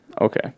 Okay